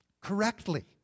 correctly